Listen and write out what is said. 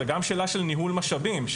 זאת גם שאלה של ניהול משאבים.